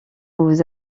aux